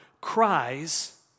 cries